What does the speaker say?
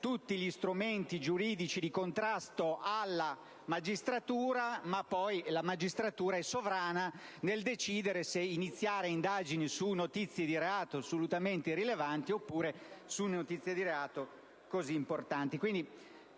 tutti gli strumenti giuridici di contrasto, ma poi la magistratura è sovrana nel decidere se iniziare indagini su notizie di reato assolutamente irrilevanti, oppure su notizie di reato così importanti.